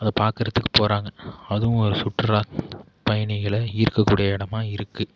அதை பார்க்குறத்துக்கு போகிறாங்க அதுவும் ஒரு சுற்றுலா பயணிகளை ஈர்க்கக்கூடிய இடமா இருக்குது